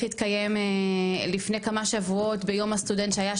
להתקיים לפני כמה שבועות ביום הסטודנט שהיה,